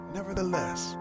Nevertheless